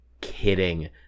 Kidding